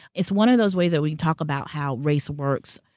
it's one of those ways that we can talk about how race works,